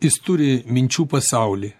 jis turi minčių pasaulį